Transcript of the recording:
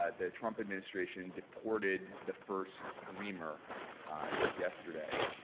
ah the trump administration, deported the first dreamer just yesterday.